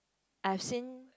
I've seen